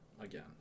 again